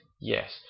yes